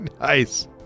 Nice